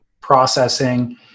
processing